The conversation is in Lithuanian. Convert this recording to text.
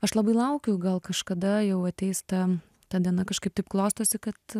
aš labai laukiu gal kažkada jau ateis ta ta diena kažkaip taip klostosi kad